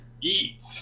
eat